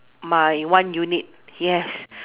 my one unit yes